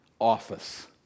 office